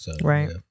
Right